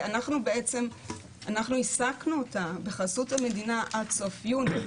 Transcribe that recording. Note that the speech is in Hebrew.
כי אנחנו בעצם העסקנו אותה בחסות המדינה עד סוף יוני,